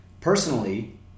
Personally